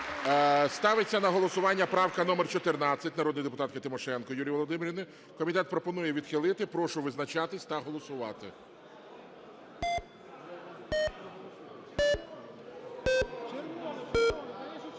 ставиться на голосування правка номер 14 народної депутатки Тимошенко Юлії Володимирівни. Комітет пропонує відхилити. Прошу визначатись та голосувати.